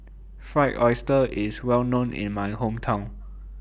Fried Oyster IS Well known in My Hometown